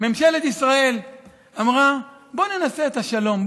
ממשלת ישראל אמרה: בואו ננסה את השלום,